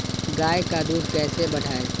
गाय का दूध कैसे बढ़ाये?